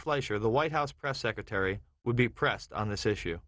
fleischer the white house press secretary would be pressed on this issue